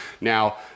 Now